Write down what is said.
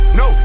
no